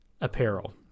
apparel